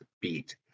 beat